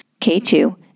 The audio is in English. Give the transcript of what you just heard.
K2